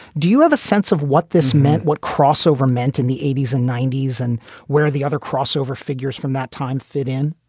do you have a sense of what this meant, what crossover meant in the eighty s and ninety s? and where are the other crossover figures from that time fit in?